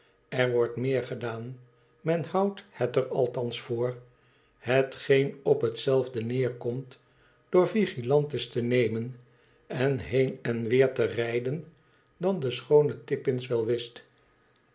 r wordt meer gedaan men houdt het er althans voor hetgeen op hetzelfde neerkomt door vigilantes te nemen en heen en weer te rijden dan de schoone tippins wel wist